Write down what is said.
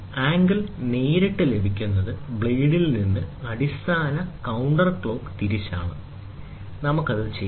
angle നേരിട്ട് വായിക്കുന്നത് ബ്ലേഡിൽ നിന്ന് അടിസ്ഥാന കൌണ്ടർ ക്ലോക്ക് തിരിച്ചുള്ളവയാണ് നമ്മൾ അത് ചെയ്യുന്നു